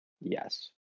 Yes